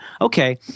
Okay